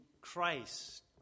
Christ